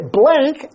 blank